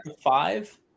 five